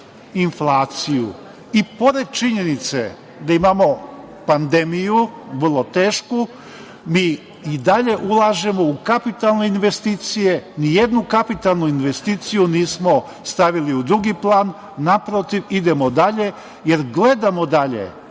inflaciju. Pored činjenice da imamo pandemiju, vrlo tešku, mi i dalje ulažemo u kapitalne investicije. Ni jednu kapitalnu investiciju nismo stavili u drugi plan. Naprotiv idemo dalje, jer gledamo dalje.